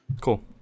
Cool